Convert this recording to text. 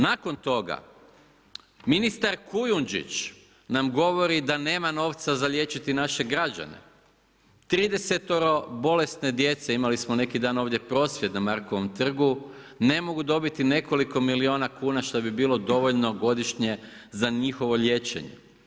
Nakon toga ministar Kujundžić nam govori da nema novca za liječiti naše građane, 30-ero bolesne djece, imali smo neki dan ovdje prosvjed na Markovom trgu, ne mogu dobiti nekoliko milijuna kuna šta bi bilo dovoljno godišnje za njihovo liječenje.